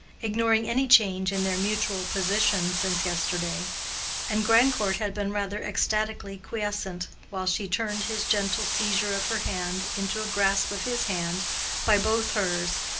ignoring any change in their mutual position since yesterday and grandcourt had been rather ecstatically quiescent, while she turned his gentle seizure of her hand into a grasp of his hand by both hers,